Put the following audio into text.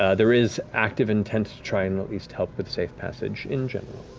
ah there is active intent to try and at least help with safe passage, in general.